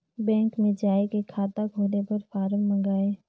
Bank मे जाय के खाता खोले बर फारम मंगाय?